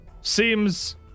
seems